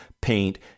paint